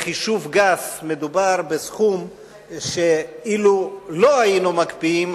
בחישוב גס מדובר בסכום שאילו לא היינו מקפיאים,